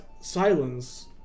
silence